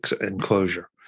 enclosure